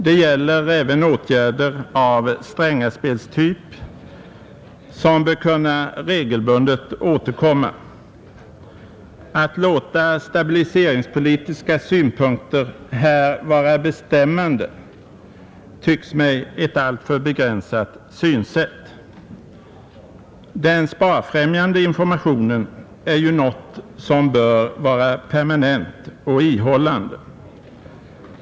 Det gäller även åtgärder av Strängaspelstyp, som bör kunna regelbundet återkomma. Att låta stabiliseringspolitiska synpunkter här bli bestämmande tycks mig vara ett alltför begränsat synsätt. Den sparfrämjande informationen är ju något som bör vara permanent och ihållande.